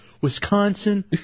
Wisconsin